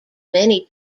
many